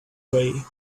way